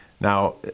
Now